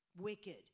Wicked